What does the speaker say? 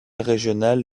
régional